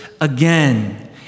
again